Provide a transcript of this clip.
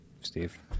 Steve